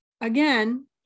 again